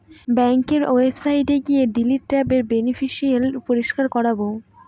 ব্যাঙ্কের ওয়েবসাইটে গিয়ে ডিলিট ট্যাবে বেনিফিশিয়ারি পরিষ্কার করাবো